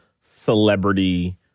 celebrity